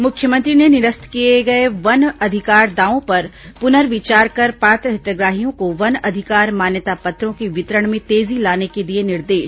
मुख्यमंत्री ने निरस्त किए गए वन अधिकार दावों पर पुनर्विचार कर पात्र हितग्राहियों को वन अधिकार मान्यता पत्रों के वितरण में तेजी लाने के दिए निर्देश